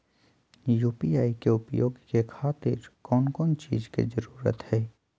UPI के उपयोग के खातिर कौन कौन चीज के जरूरत है?